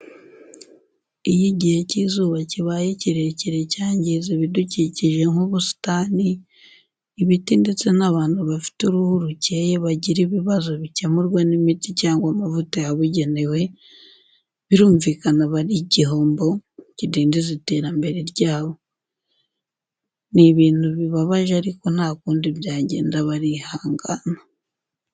Iyo igihe cy'izuba kibaye kirekire cyangiza ibidukikije nk'ubusitani, ibiti ndetse n'abantu bafite uruhu rukeye bagira ibibazo bikemurwa n'imiti cyangwa amavuta yabugenewe, birumvikana aba ari igihombo, kidindiza iterambere ryabo. Ni ibintu bibabaje ariko nta kundi byagenda, barihangana.